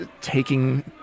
taking